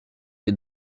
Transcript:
des